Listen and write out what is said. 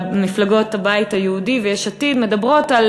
מפלגות הבית היהודי ויש עתיד מדברות על